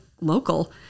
local